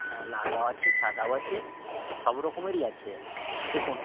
হ্যাঁ লালও আছে সাদাও আছে সব রকমেরই আছে দেখুন